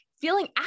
feeling